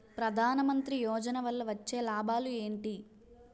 ప్రధాన మంత్రి యోజన వల్ల వచ్చే లాభాలు ఎంటి?